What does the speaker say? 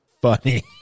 funny